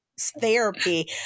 therapy